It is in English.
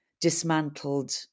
dismantled